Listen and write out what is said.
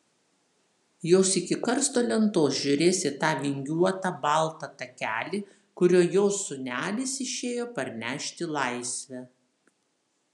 jos iki karsto lentos žiūrės į tą vingiuotą baltą takelį kuriuo jos sūnelis išėjo parnešti laisvę